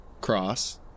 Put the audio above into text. cross